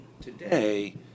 Today